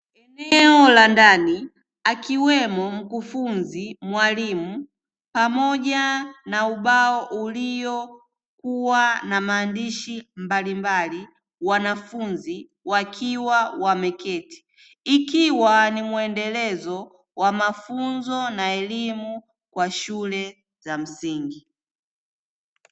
Eneo la ndani akiwemo mkufunzi mwalimu pamoja na ubao uliokuwa na maandishi mbalimbali. Wanafunzi wakiwa wameketi ikiwa ni mwendelezo wa mafunzo na elimu kwa shule za msingi.